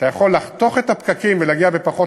אתה יכול לחתוך את הפקקים ולהגיע בפחות